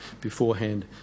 beforehand